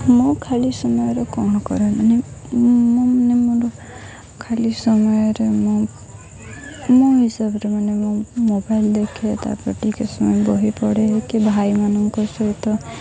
ମୁଁ ଖାଲି ସମୟରେ କ'ଣ କରେ ମାନେ ମୁଁ ମାନେ ମୋର ଖାଲି ସମୟରେ ମୁଁ ମୋ ହିସାବରେ ମାନେ ମୁଁ ମୋବାଇଲ୍ ଦେଖେ ତାପରେ ଟିକେ ସମୟ ବହି ପଢ଼େ କି ଭାଇମାନଙ୍କ ସହିତ